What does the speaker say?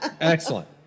excellent